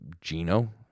Gino